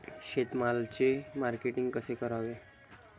शेतमालाचे मार्केटिंग कसे करावे?